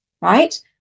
Right